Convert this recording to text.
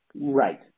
Right